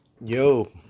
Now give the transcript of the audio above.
yo